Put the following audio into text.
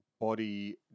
body